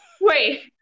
Wait